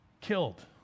killed